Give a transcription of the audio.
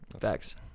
facts